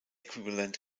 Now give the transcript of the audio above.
equivalent